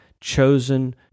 chosen